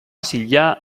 salila